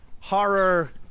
Horror